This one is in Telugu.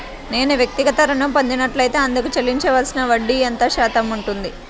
నేను వ్యక్తిగత ఋణం పొందినట్లైతే అందుకు చెల్లించవలసిన వడ్డీ ఎంత శాతం ఉంటుంది?